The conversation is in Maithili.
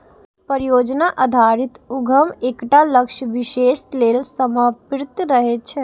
परियोजना आधारित उद्यम एकटा लक्ष्य विशेष लेल समर्पित रहै छै